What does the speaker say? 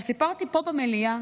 סיפרתי פה במליאה